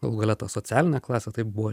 galų gale ta socialinė klasė taip buvo